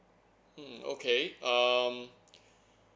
mm okay um